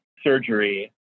surgery